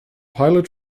pilot